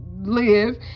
live